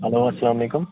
hello اسلام علیکم